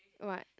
what